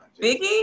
Biggie